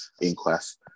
inquest